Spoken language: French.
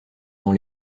dans